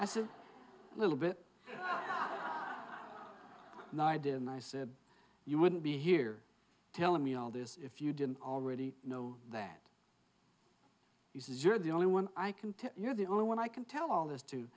a little bit beyond and i did and i said you wouldn't be here telling me all this if you didn't already know that he says you're the only one i can tell you're the only one i can tell all this to